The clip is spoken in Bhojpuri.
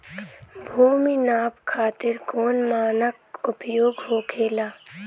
भूमि नाप खातिर कौन मानक उपयोग होखेला?